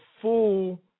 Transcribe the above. full